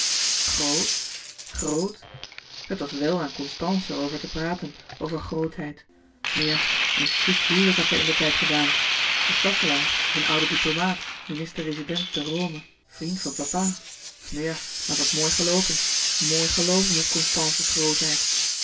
grot het was wèl aan constance er over te praten over grootheid nu ja een chic huwelijk had zij indertijd gedaan de staffelaer een oude diplomaat minister rezident te rome vriend van papa nu ja maar het was mooi geloopen mooi geloopen met constance's